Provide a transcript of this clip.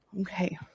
Okay